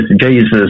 Jesus